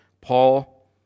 paul